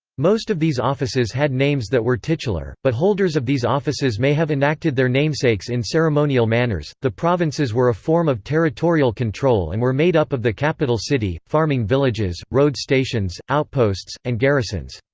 most of these offices had names that were titular, but holders of these offices may have enacted their namesakes in ceremonial manners the provinces were a form of territorial control and were made up of the capital city, farming villages, road stations, outposts, and garrisons.